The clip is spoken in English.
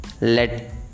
let